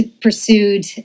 pursued